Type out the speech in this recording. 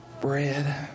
bread